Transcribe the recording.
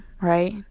Right